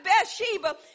Bathsheba